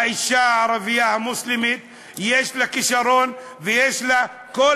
האישה הערבייה המוסלמית יש לה כישרון ויש לה כל